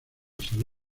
salud